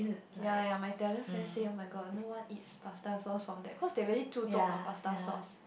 ya ya my Italian friends say oh-my-god no one eats pasta sauce from there because they really 注重: zhu zhong the pasta sauce